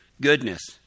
goodness